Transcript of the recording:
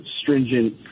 stringent